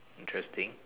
interesting